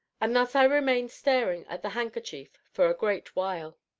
and thus i remained staring at the handkerchief for a great while.